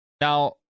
Now